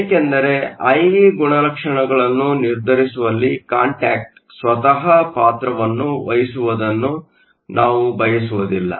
ಏಕೆಂದರೆ I V ಗುಣಲಕ್ಷಣಗಳನ್ನು ನಿರ್ಧರಿಸುವಲ್ಲಿ ಕಾಂಟ್ಯಾಕ್ಟ್ ಸ್ವತ ಪಾತ್ರವನ್ನು ವಹಿಸುವುದನ್ನು ನಾವು ಬಯಸುವುದಿಲ್ಲ